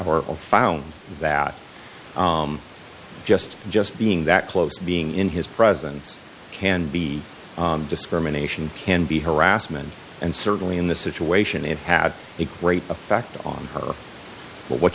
are found that just just being that close to being in his presence can be discrimination can be harassment and certainly in this situation it had a great effect on her